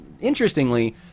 interestingly